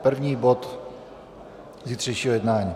První bod zítřejšího jednání.